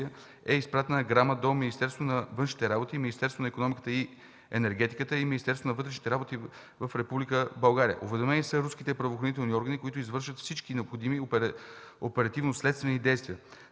е изпратена грама до Министерството на външните работи, Министерството на икономиката и енергетиката и Министерството на вътрешните работи в Република България. Уведомени са руските правоохранителни органи, които извършват всички необходими оперативно-следствени действия.